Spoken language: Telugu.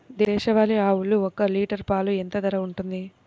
దేశవాలి ఆవులు ఒక్క లీటర్ పాలు ఎంత ధర ఉంటుంది?